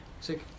sick